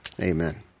Amen